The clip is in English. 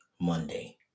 Monday